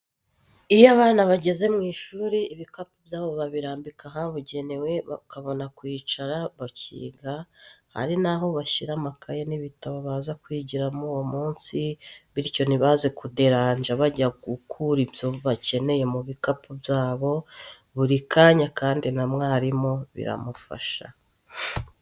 Iyo abana bageze mu ishuri ibikapu byabo babirambika ahabugenewe bakabona kwicara bakiga, hari n'aho bashyira amakayi n'ibitabo baza kwigiramo uwo munsi bityo ntibaze kuderanja bajya gukura ibyo bakeneye mu bikapu byabo buri kanya kandi na mwarimu biramufasha.